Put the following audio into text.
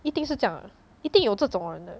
一定是这样的一定有这种人的